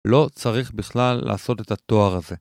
לא צריך בכלל לעשות את התואר הזה.